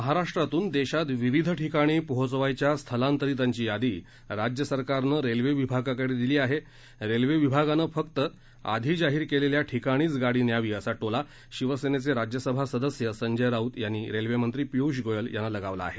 महाराष्ट्रातून देशात विविध ठिकाणी पोहोचवायच्या स्थलांतरितांची यादी राज्य सरकारनं रेल्वे विभागाकडे दिली आहे रेल्वे विभागानं फक्त आधी जाहीर केलेल्या ठिकाणीच गाडी न्यावी असा टोला शिवसेनेचे राज्यसभा सदस्य संजय राऊत यांनी रेल्वेमंत्री पिय्ष गोयल यांना लगावला आहे